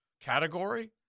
category